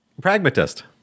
Pragmatist